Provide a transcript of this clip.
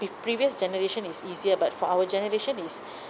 with previous generation it's easier but for our generation it's